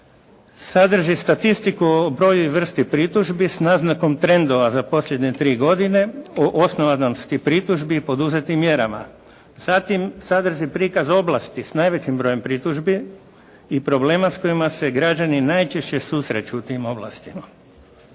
Sadrži statistiku o broju i vrsti pritužbi sa naznakom trendova za posljednje tri godine o osnovanosti pritužbi i poduzetim mjerama, zatim sadrži prikaz oblasti s najvećim brojem pritužbi i problema s kojima se građani najčešće susreću u tim oblastima.